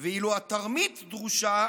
ואילו התרמית דרושה